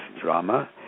drama